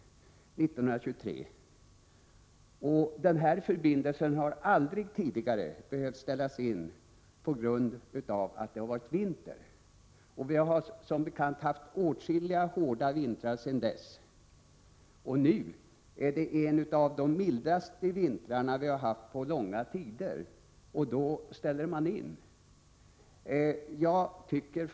1987/88:67 1923. Den här förbindelsen har aldrig tidigare behövt ställas in på grund av 11 februari 1988 att det har värit vinter. NN har Som bekant haft åtskilliga hårda vintrar sedan Om tågförbindelserna dess. Nu har vi en av de mildaste vintrar vi haft på lång tid, och då ställer man 4 a mellan Stockholm och in denna förbindelse.